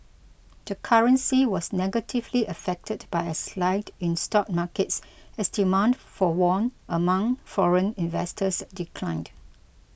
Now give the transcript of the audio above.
the currency was negatively affected by a slide in stock markets as demand for won among foreign investors declined